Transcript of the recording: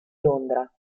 londra